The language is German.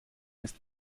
ist